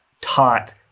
taught